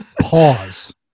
Pause